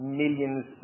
millions